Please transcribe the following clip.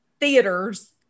theaters